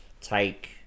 take